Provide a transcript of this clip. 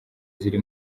ziri